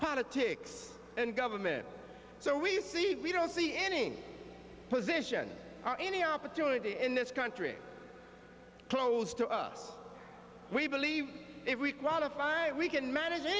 politics and government so we see we don't see any position any opportunity in this country close to us we believe if we qualify it we can manag